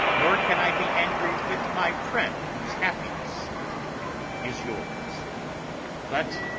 nor can i be angry with my friend whose happiness is yours but